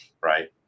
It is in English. right